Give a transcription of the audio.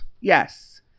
Yes